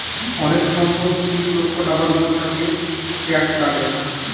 অনেক সম্পদ ত্রিশ লক্ষ টাকার উপর থাকলে ট্যাক্স কাটে